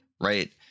right